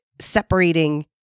separating